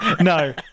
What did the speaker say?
No